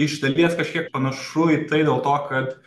iš dalies kažkiek panašu į tai dėl to kad